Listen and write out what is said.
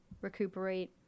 recuperate